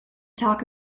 talk